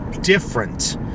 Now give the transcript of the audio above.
different